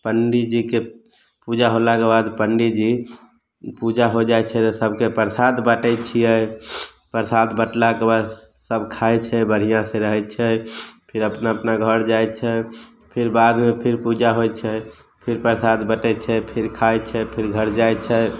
पंडीजीके पूजा होलाके बाद पंडी जी पूजा होइ जाइत छै तऽ सबके प्रसाद बँटैत छियै प्रसाद बँटलाके बाद सब खाए छै बढ़िआँ से रहैत छै फेर अपना अपना घर जाइत छनि फेर बादमे फिर पूजा होइत छै फिर प्रसाद बँटैत छै फिर खाइत छै फिर घर जाइत छै